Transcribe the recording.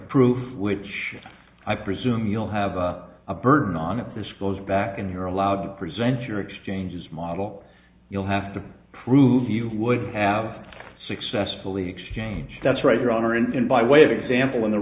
d which i presume you'll have a burden on if this goes back and you're allowed to present your exchanges model you'll have to prove you would have successfully exchanged that's right your honor and by way of example in the